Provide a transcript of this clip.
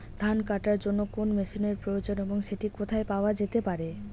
ধান কাটার জন্য কোন মেশিনের প্রয়োজন এবং সেটি কোথায় পাওয়া যেতে পারে?